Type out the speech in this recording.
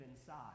inside